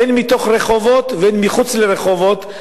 הן מתוך רחובות והן מחוץ לרחובות,